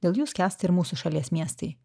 dėl jų skęsta ir mūsų šalies miestai